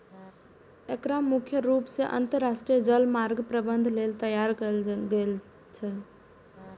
एकरा मुख्य रूप सं अंतरराष्ट्रीय जलमार्ग प्रबंधन लेल तैयार कैल गेल छै